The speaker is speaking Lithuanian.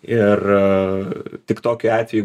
ir tik tokiu atveju